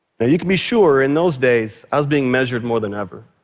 now you could be sure in those days i was being measured more than ever,